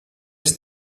est